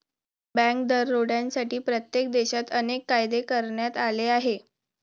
bank दरोड्यांसाठी प्रत्येक देशात अनेक कायदे करण्यात आले आहेत